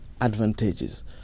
advantages